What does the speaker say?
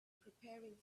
preparing